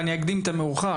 ואקדים את המאוחר,